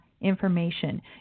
information